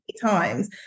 times